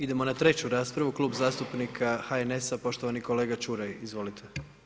Idemo na treću raspravu, Klub zastupnika HNS-a, poštovani kolega Čuraj, izvolite.